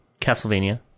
Castlevania